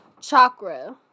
chakra